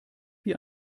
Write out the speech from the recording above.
wie